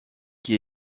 qui